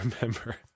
remember